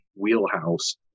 wheelhouse